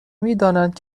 میدانند